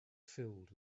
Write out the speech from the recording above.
filled